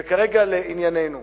ולענייננו,